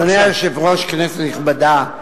אדוני היושב-ראש, כנסת נכבדה,